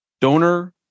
Donor